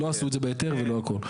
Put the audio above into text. לא עשו את זה בהיתר ולא הכל.